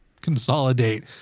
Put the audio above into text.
consolidate